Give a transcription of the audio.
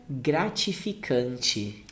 gratificante